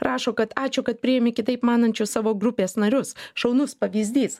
rašo kad ačiū kad priimi kitaip manančius savo grupės narius šaunus pavyzdys